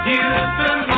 Houston